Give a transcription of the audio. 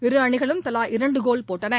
இரு அணிகளும் தலா இரண்டு கோல் போட்டன